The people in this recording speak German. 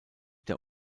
der